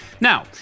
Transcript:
now